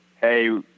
hey